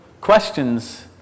questions